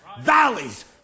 valleys